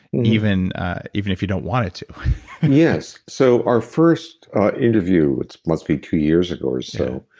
and even even if you don't want it to and yes. so our first interview, it must be two years ago or so,